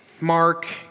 Mark